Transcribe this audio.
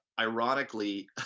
ironically